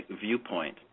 viewpoint